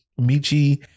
Michi